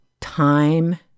time